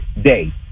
day